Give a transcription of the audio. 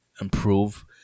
improve